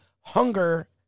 hunger